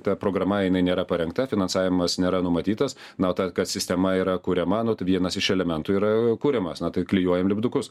ta programa jinai nėra parengta finansavimas nėra numatytas na o ta kad sistema yra kuriama nu tai vienas iš elementų yra a kuriamas na tai klijuojam lipdukus